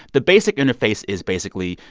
the basic interface is, basically,